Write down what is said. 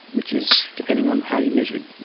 which is, depending on how you measure it,